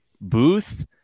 Booth